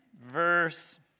verse